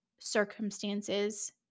circumstances